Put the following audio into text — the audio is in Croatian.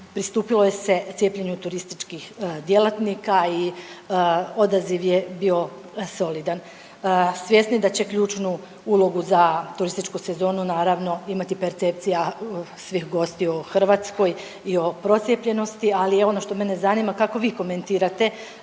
Pristupilo je se cijepljenju turističkih djelatnika i odaziv je bio solidan. Svjesni da će ključnu ulogu za turističku sezonu naravno imati percepcija svih gostiju u Hrvatskoj i o procijepljenosti, ali ono što mene zanima kako vi komentirate